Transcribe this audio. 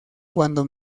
cuando